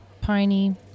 piney